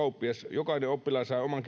jokainen oppilas sai omat